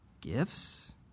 gifts